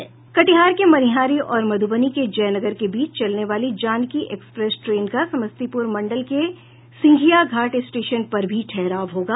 कटिहार के मनिहारी और मध्रबनी के जयनगर के बीच चलने वाली जानकी एक्सप्रेस ट्रेन का समस्तीपुर मंडल के सिंधिया घाट स्टेशन पर भी ठहराव होगा